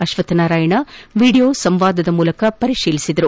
ಅಶ್ವಕ್ಷ Narayan video ಸಂವಾದದ ಮೂಲಕ ಪರಿಶೀಲಿಸಿದರು